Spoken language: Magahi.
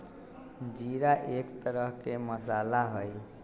जीरा एक तरह के मसाला हई